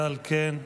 על כן,